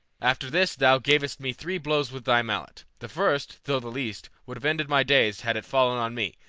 after this thou gavest me three blows with thy mallet the first, though the least, would have ended my days had it fallen on me,